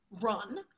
run